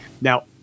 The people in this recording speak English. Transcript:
Now